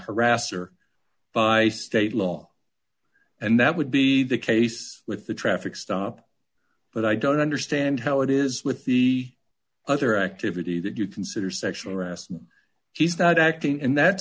harasser by state law and that would be the case with the traffic stop but i don't understand how it is with the other activity that you consider sexual harassment he's not acting in that